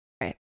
Right